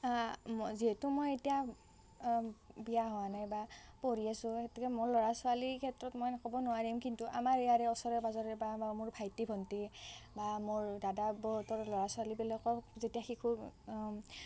মই যিহেতু মই এতিয়া বিয়া হোৱা নাই বা পঢ়ি আছোঁ সেইটোকে মোৰ ল'ৰা ছোৱালীৰ ক্ষেত্ৰত মই ক'ব নোৱাৰিম কিন্তু আমাৰ ইয়াৰে ওচৰে পাঁজৰে বা মোৰ ভাইটি ভণ্টি বা মোৰ দাদা বৌহঁতৰ ল'ৰা ছোৱালীবিলাকক যেতিয়া শিশু